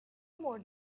more